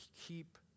Keep